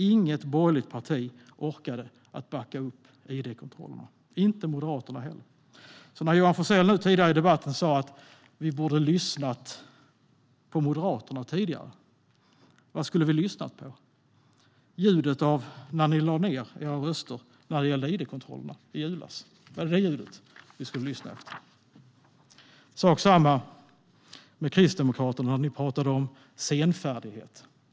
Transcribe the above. Inget borgerligt parti orkade backa upp id-kontrollerna - inte heller Moderaterna, så när Johan Forssell sa i debatten att vi borde ha lyssnat på Moderaterna tidigare undrade jag: Vad skulle vi ha lyssnat på - ljudet när ni lade ned era röster när det gällde id-kontrollerna i julas? Var det det ljudet vi skulle ha lyssnat efter? Det är samma sak med Kristdemokraterna. Ni talade om senfärdighet.